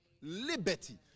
liberty